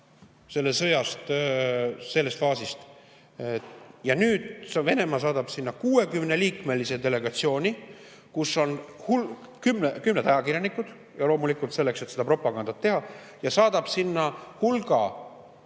selle sõja sellest faasist ja nüüd Venemaa saadab sinna 60‑liikmelise delegatsiooni, kus on kümned ajakirjanikud – loomulikult selleks, et seda propagandat teha –, ja saadab sinna hulga